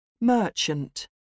Merchant